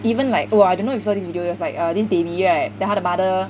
even like oh I don't know if you saw this video it's like this baby right then 他的 mother